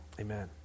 Amen